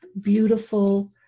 beautiful